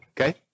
okay